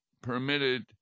permitted